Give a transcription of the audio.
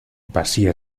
vacía